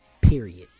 Period